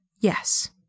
Yes